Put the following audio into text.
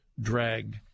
drag